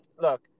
look